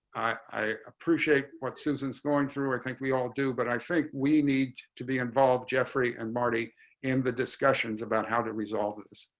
i appreciate what citizens going through. i think we all do. but i think we need to be involved. jeffrey and marty in the discussions about how to resolve this.